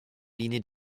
linie